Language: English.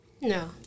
No